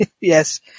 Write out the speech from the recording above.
Yes